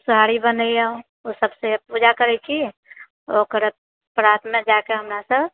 सोहारी बनाए ओ सबसँ पूजा करैत छी ओकर प्रातमे जाकऽ हमरा सभ